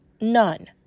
None